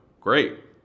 great